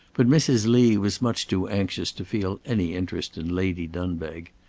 but mrs. lee was much too anxious to feel any interest in lady dunbeg.